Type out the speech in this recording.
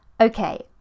Okay